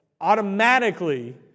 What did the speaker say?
automatically